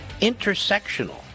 Intersectional